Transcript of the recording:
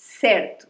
Certo